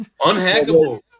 unhackable